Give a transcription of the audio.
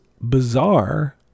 bizarre